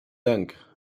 dank